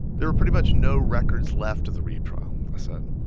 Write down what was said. there were pretty much no records left of the reeb trial, i said.